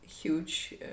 huge